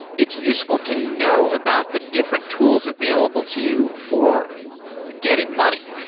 it's useful to know about the different tools available to you for getting money,